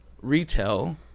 retail